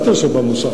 מה אתה יושב במושב